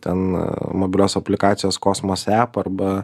ten mobilios aplikacijos kosmos app arba